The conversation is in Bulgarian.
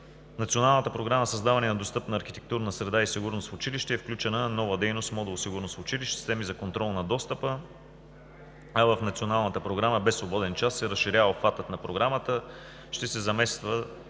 Националната програма „Създаване на достъпна архитектурна среда и сигурност в училище“ е включена нова дейност Модул „Сигурност в училище“ – системи за контрол на достъпа. В Националната програма „Без свободен час“ се разширява обхватът на Програмата – ще се заместват